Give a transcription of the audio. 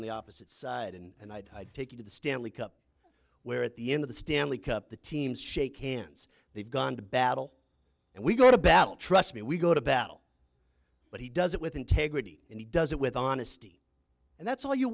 on the opposite side and i'd take you to the stanley cup where at the end of the stanley cup the teams shake hands they've gone to battle and we go to battle trust me we go to battle but he does it with integrity and he does it with honesty and that's all you